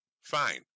Fine